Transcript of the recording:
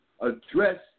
address